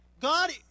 God